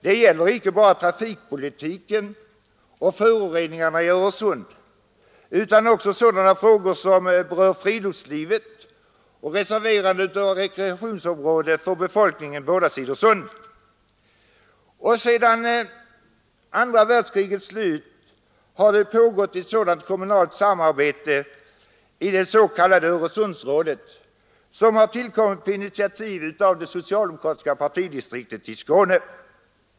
Det gäller icke bara trafikpolitiken och problemet med föroreningarna i Öresund utan också sådana frågor som berör friluftslivet och reserverandet av rekreationsområden för befolkningen på båda sidor om sundet. Sedan andra världskrigets slut har det pågått ett sådant kommunalt samarbete i det s.k. Öresundsrådet, som har tillkommit på initiativ av det socialdemokratiska partidistriktet i Skåne.